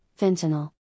fentanyl